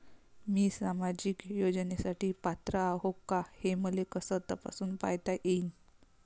मी सामाजिक योजनेसाठी पात्र आहो का, हे मले कस तपासून पायता येईन?